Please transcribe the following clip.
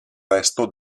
resto